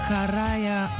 Karaya